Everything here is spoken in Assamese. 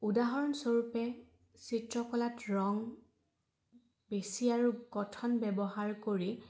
উদাহৰণস্বৰূপে চিত্ৰকলাত ৰং বেছি আৰু গঠন ব্যৱহাৰ কৰি